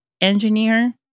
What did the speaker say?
engineer